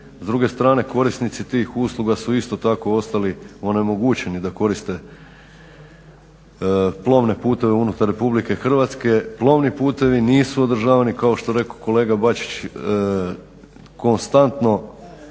S druge strane, korisnici tih usluga su isto tako ostali onemogućeni da koriste plovne putove unutar RH, plovni putevi nisu održavani kao što je kolega Bačić konstantno